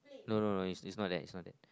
no no no it's it's not that not that